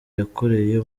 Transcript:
yakoreye